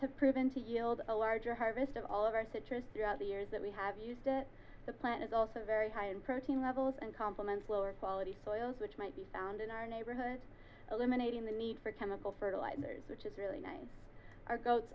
yield a larger harvest of all of our citrus throughout the years that we have used the plant is also very high in protein levels and complements lower quality soils which might be found in our neighborhood eliminating the need for chemical fertilizers which is really nice our goats